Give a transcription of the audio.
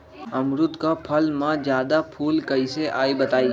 अमरुद क फल म जादा फूल कईसे आई बताई?